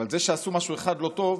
אבל זה שעשו משהו אחד לא טוב,